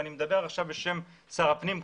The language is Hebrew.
ואני מדבר גם בשם שר הפנים,